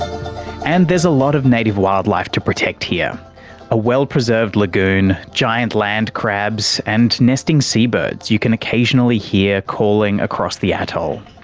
and there's a lot of native wildlife to protect here a well preserved lagoon, giant land crabs and nesting seabirds you can occasionally hear calling across the atoll.